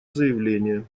заявление